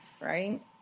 Right